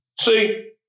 See